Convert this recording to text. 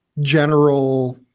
general